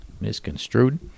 misconstrued